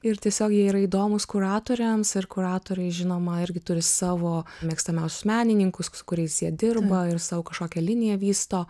ir tiesiog jie yra įdomūs kuratoriams ir kuratoriai žinoma irgi turi savo mėgstamiausius menininkus su kuriais jie dirba ir sau kažkokią liniją vysto